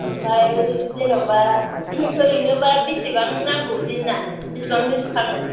ओमफाय जेन'बा ओरैनोबा बिसिबां नांगौ दिना बिसिबांजों सुखाङो